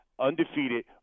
undefeated